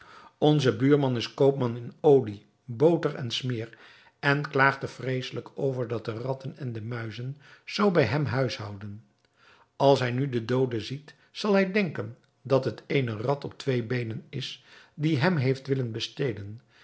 onze buurman is koopman in olie boter en smeer en klaagt er vreeselijk over dat de ratten en de muizen zoo bij hem huishouden als hij nu den doode ziet zal hij denken dat het eene rat op twee beenen is die hem heeft willen bestelen